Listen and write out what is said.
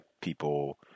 people